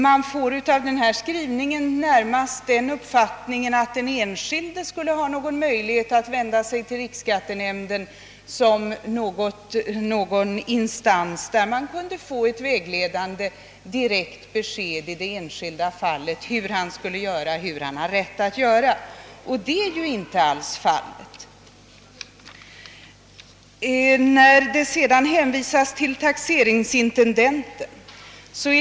Man får av denna skrivning närmast uppfattningen att den enskilde skulle ha någon möjlighet att vända sig till riksskattenämnden för att i det enskilda fallet få ett vägledande direkt besked om hur han skall förfara och vad han har rätt att göra. Det är ju inte alls fallet. Vidare hänvisar man till taxeringsintendenten.